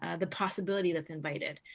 ah the possibility that's invited.